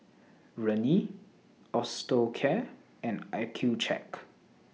Rene Osteocare and Accucheck